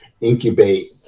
incubate